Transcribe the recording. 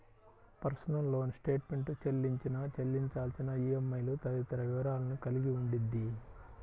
personal loan statement చెల్లించిన, చెల్లించాల్సిన ఈఎంఐలు తదితర వివరాలను కలిగి ఉండిద్ది